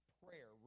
prayer